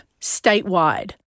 statewide